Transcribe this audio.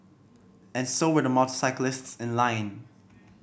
and so were the motorcyclists in line